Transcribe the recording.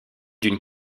d’une